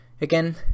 Again